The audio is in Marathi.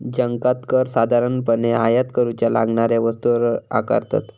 जकांत कर साधारणपणे आयात करूच्या लागणाऱ्या वस्तूंवर आकारतत